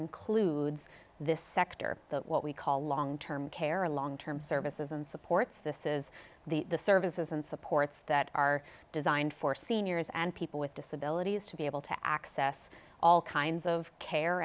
includes this sector that what we call long term care long term services and supports this is the services and supports that are designed for seniors and people with disabilities to be able to access all kinds of care